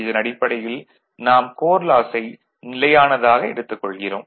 இதனடிப்படையில் நாம் கோர் லாஸை நிலையானதாக எடுத்துக் கொள்கிறோம்